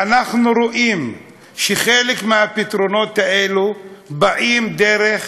ואנחנו רואים שחלק מהפתרונות האלה באים דרך